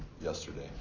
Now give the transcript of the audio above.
yesterday